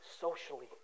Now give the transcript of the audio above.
socially